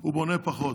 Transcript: הוא בונה פחות.